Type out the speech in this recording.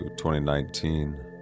2019